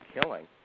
killing